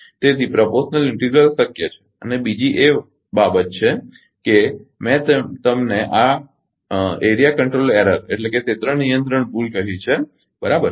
તેથી proportional integral શક્ય છે અને બીજી બાબત એ છે કે મેં તમને આ ક્ષેત્ર નિયંત્રણ ભૂલએરિયા કંટ્રોલ એરર કહી છે બરાબર